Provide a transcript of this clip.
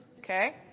okay